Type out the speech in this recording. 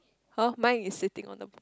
!huh! mine is sitting on th ball